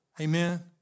Amen